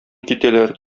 китәләр